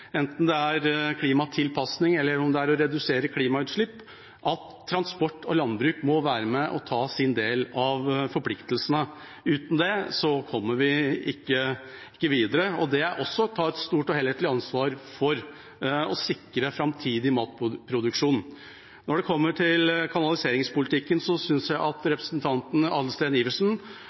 enten det er klimatilpasning eller det er å redusere klimautslipp – at transport og landbruk må være med og ta sin del av forpliktelsene. Uten det kommer vi ikke videre. Det er også å ta et stort og helhetlig ansvar for å sikre framtidig matproduksjon. Når det gjelder kanaliseringspolitikken, synes jeg at representanten Adelsten Iversen